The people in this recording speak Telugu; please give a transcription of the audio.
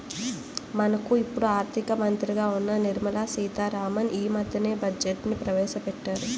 మనకు ఇప్పుడు ఆర్థిక మంత్రిగా ఉన్న నిర్మలా సీతారామన్ యీ మద్దెనే బడ్జెట్ను ప్రవేశపెట్టారు